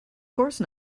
course